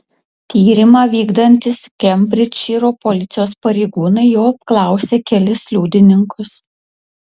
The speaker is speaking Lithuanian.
tyrimą vykdantys kembridžšyro policijos pareigūnai jau apklausė kelis liudininkus